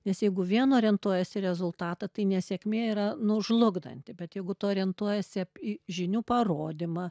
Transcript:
nes jeigu vien orientuojiesi į rezultatą tai nesėkmė yra nu žlugdanti bet jeigu tu orientuojiesi į žinių parodymą